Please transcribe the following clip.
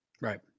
right